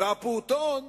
והפעוטון